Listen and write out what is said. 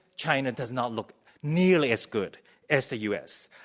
china does not look nearly as good as the u. s.